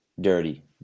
dirty